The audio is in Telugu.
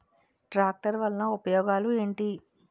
ట్రాక్టర్ వల్ల ఉపయోగాలు ఏంటీ?